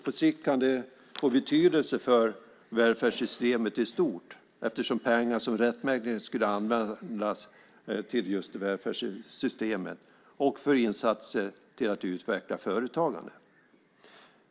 På sikt kan det få betydelse för välfärdssystemet i stort eftersom det är pengar som rättmätigt skulle användas till just välfärdssystemen och för insatser till att utveckla företagande.